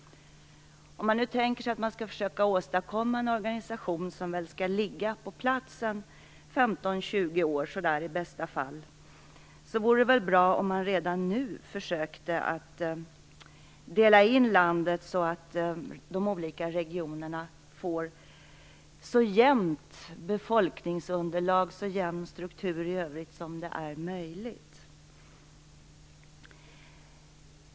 Om man nu tänker sig att man skall försöka åstadkomma en organisation som skall ligga på plats i 15 20 år, i bästa fall, vore det bra om man redan nu försökte att dela in landet så att de olika regionerna får så jämnt befolkningsunderlag och så jämn struktur i övrigt som är möjligt.